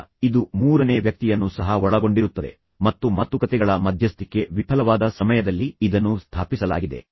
ಈಗ ಇದು ಮೂರನೇ ವ್ಯಕ್ತಿಯನ್ನು ಸಹ ಒಳಗೊಂಡಿರುತ್ತದೆ ಮತ್ತು ಮಾತುಕತೆಗಳ ಮಧ್ಯಸ್ಥಿಕೆ ವಿಫಲವಾದ ಸಮಯದಲ್ಲಿ ಇದನ್ನು ಸ್ಥಾಪಿಸಲಾಗಿದೆ